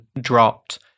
dropped